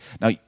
Now